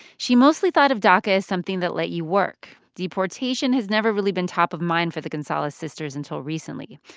she mostly thought of daca as something that let you work deportation has never really been top of mind for the gonzalez sisters until recently.